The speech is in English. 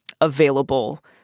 available